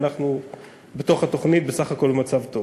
ואנחנו בתוך התוכנית בסך הכול במצב טוב.